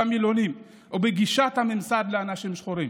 במילונים ובגישת הממסד לאנשים שחורים,